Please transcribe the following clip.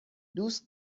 دوست